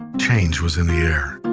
and change was in the air.